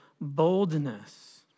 boldness